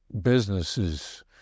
businesses